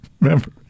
remember